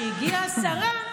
כשהגיעה השרה,